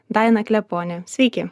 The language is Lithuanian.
daina kleponė sveiki